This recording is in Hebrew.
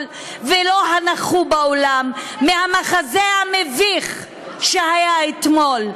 ולא נכחו באולם במחזה המביך שהיה אתמול,